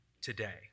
today